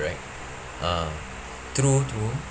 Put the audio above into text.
right ah true true